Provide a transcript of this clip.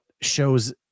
shows